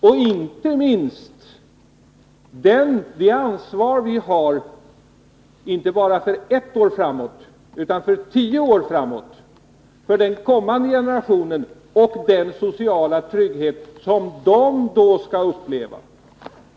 Inte minst måste vi tänka på det ansvar vi har inte bara för ett år framåt utan för tio år framåt och för den sociala trygghet som den kommande generationen skall uppleva.